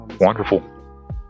wonderful